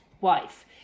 wife